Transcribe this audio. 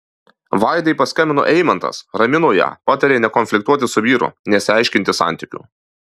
vaidai paskambino eimantas ramino ją patarė nekonfliktuoti su vyru nesiaiškinti santykių